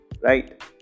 right